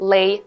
Lay